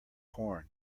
corn